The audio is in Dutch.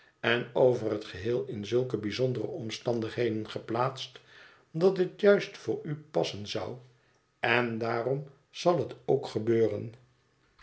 en over het geheel in zulke bijzondere omstandigheden geplaatst dat het juist voor u passen zou en daarom zal het ook gebeuren